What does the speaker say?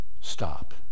Stop